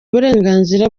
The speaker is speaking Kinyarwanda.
uburenganzira